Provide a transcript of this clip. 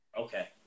okay